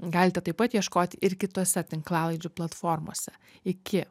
galite taip pat ieškoti ir kitose tinklalaidžių platformose iki